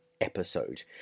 episode